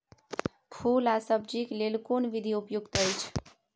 फूल आ सब्जीक लेल कोन विधी उपयुक्त अछि?